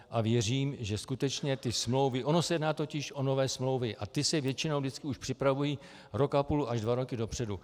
A věřím, že skutečně ty smlouvy ono se jedná totiž o nové smlouvy a ty se většinou vždycky už připravují rok a půl až dva roky dopředu.